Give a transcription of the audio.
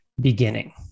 beginning